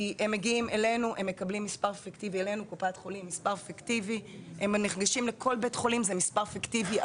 כי הם מגיעים אלינו לקופת החולים והם מקבלים מספר פיקטיבי,